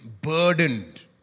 burdened